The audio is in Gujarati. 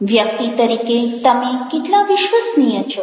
વ્યક્તિ તરીકે તમે કેટલા વિશ્વસનીય છો